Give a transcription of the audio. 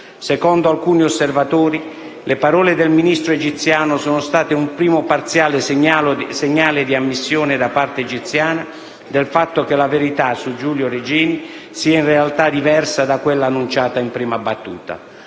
Secondo alcuni osservatori le parole del Ministro egiziano sono state un primo parziale segnale di ammissione da parte egiziana del fatto che la verità su Giulio Regeni sia in realtà diversa da quella annunciata in prima battuta.